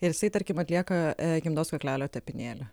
ir jisai tarkim atlieka gimdos kaklelio tepinėlį